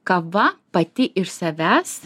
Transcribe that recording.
kava pati iš savęs